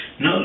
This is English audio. No